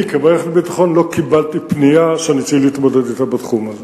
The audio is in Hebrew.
אני כמערכת ביטחון לא קיבלתי פנייה שאני צריך להתמודד אתה בתחום הזה.